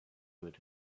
wood